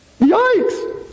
Yikes